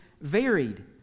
varied